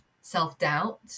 self-doubt